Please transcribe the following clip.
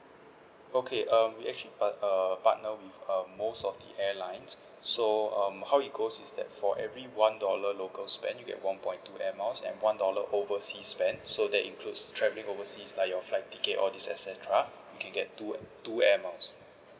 okay um we actually part uh partner with um most of the airlines so um how it goes is that for every one dollar local spend you get one point two air miles and one dollar oversea spent so that includes travelling overseas like your flight ticket all these et cetera you can get two two air miles